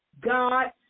God